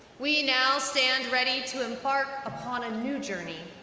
we now stand ready to embark upon a new journey.